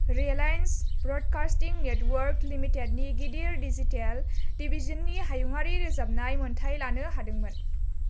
Reliance broadcasting network लिमिटेडनि गिदिर digital डिवीजननि हायुङारि रोजाबनाय मोनथाइ लानो हादोंमोन